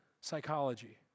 psychology